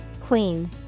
Queen